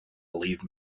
believe